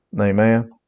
Amen